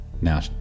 now